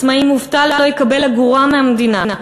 עצמאי מובטל לא יקבל אגורה מהמדינה.